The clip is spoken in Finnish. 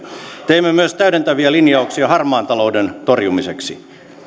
teimme myös täydentäviä linjauksia harmaan talouden torjumiseksi